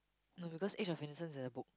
no because age of innocence is a book